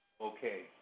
Okay